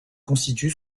constitue